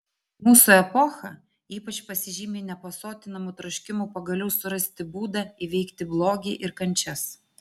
mūsų epocha ypač pasižymi nepasotinamu troškimu pagaliau surasti būdą įveikti blogį ir kančias